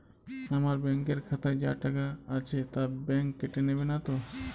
আমার ব্যাঙ্ক এর খাতায় যা টাকা আছে তা বাংক কেটে নেবে নাতো?